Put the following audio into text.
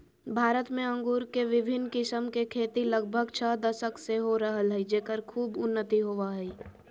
भारत में अंगूर के विविन्न किस्म के खेती लगभग छ दशक से हो रहल हई, जेकर खूब उन्नति होवअ हई